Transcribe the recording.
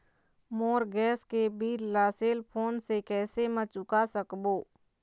मोर gas के bill ला cell phone से कैसे म चुका सकबो?